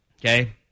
okay